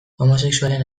homosexualen